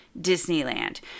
Disneyland